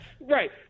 Right